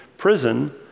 Prison